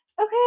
okay